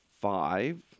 five